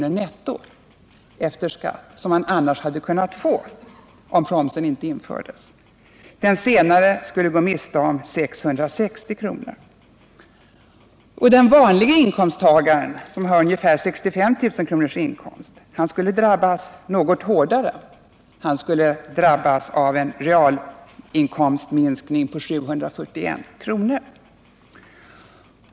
i nettolön som han hade kunnat få om inte promsen införts. Den senare skulle gå miste om 660 kr. Den vanliga inkomsttagaren, som har ungefär 65 000 kr. i inkomst, skulle drabbas något hårdare — av en realinkomstminskning på 741 kr.